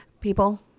people